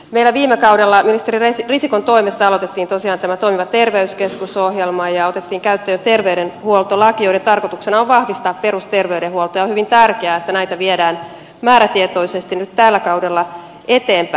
meillä viime kaudella ministeri risikon toimesta aloitettiin tosiaan tämä toimiva terveyskeskus ohjelma ja otettiin käyttöön terveydenhuoltolaki joiden tarkoituksena on vahvistaa perusterveydenhuoltoa ja on hyvin tärkeää että näitä viedään määrätietoisesti nyt tällä kaudella eteenpäin